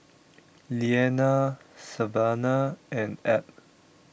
Leanna Savanah and Ebb